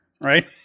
right